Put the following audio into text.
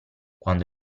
quando